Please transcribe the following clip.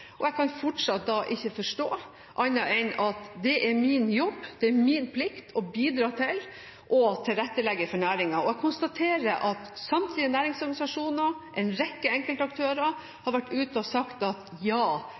Og jeg kan da fortsatt ikke forstå annet enn at det er min jobb, min plikt, å bidra til å tilrettelegge for næringen. Og jeg konstaterer at samtlige næringsorganisasjoner og en rekke enkeltaktører har vært ute og sagt: Ja,